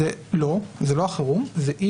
אני